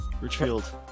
Richfield